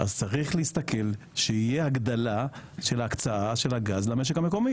אז צריך להסתכל שתהיה הגדלה של ההקצאה של הגז למשק המקומי.